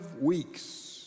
weeks